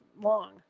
long